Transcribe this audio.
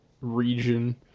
region